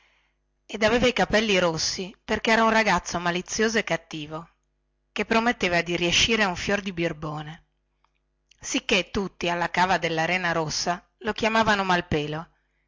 ed aveva i capelli rossi perchè era un ragazzo malizioso e cattivo che prometteva di riescire un fior di birbone sicchè tutti alla cava della rena rossa lo chiamavano malpelo